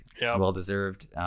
Well-deserved